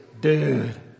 dude